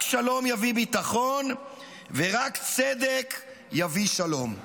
רק שלום יביא ביטחון ורק צדק יביא שלום.